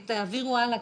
תעבירו הלאה,